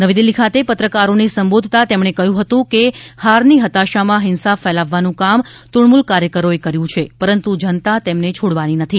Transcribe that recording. નવી દિલ્હી ખાતે પત્રકારોને સંબોધતા તેમણે કહ્યું હતું કે હારની હતાશામાં હિંસા ફેલાવવાનું કામ તૃણમુલ કાર્યકરોએ કર્યું છે પરંતુ જનતા તેમને છોડવાની નથી